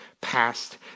past